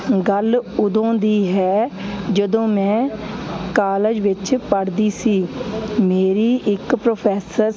ਗੱਲ ਉਦੋਂ ਦੀ ਹੈ ਜਦੋਂ ਮੈਂ ਕਾਲਜ ਵਿੱਚ ਪੜ੍ਹਦੀ ਸੀ ਮੇਰੀ ਇੱਕ ਪ੍ਰੋਫੈਸਰ